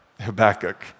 Habakkuk